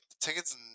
ticket's